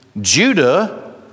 Judah